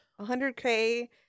100K